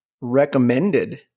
recommended